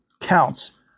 counts